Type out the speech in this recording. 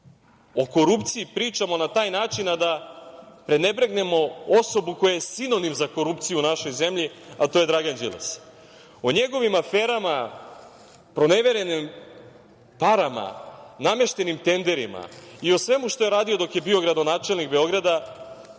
o korupciji pričamo na taj način a da ne prenebregnemo osobu koja je sinonim za korupciju u našoj zemlji, a to je Dragan Đilas. O njegovim aferama, proneverenim parama, nameštenim tenderima i o svemu što je radio dok je bio gradonačelnik Beograda,